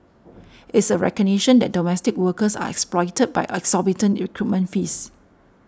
it's a recognition that domestic workers are exploited by exorbitant recruitment fees